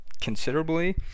considerably